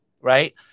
right